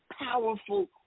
powerful